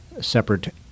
separate